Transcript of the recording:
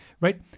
right